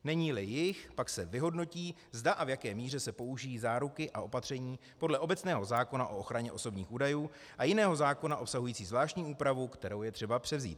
Neníli jich, pak se vyhodnotí, zda a v jaké míře se použijí záruky a opatření podle obecného zákona o ochraně osobních údajů a jiného zákona obsahujícího zvláštní úpravu, kterou je potřeba převzít.